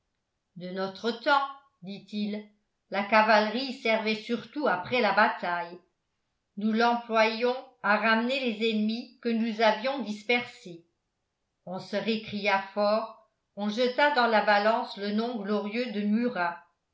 de notre temps dit-il la cavalerie servait surtout après la bataille nous l'employions à ramener les ennemis que nous avions dispersés on se récria fort on jeta dans la balance le nom glorieux de murat